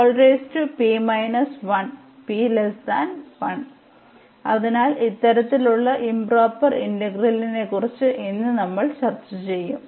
അതിനാൽ ഇത്തരത്തിലുള്ള ഇംപ്റോപർ ഇന്റഗ്രലിനെക്കുറിച്ച് ഇന്ന് നമ്മൾ ചർച്ചചെയ്തു